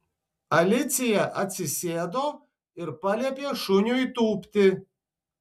alicija atsisėdo ir paliepė šuniui tūpti